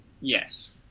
Yes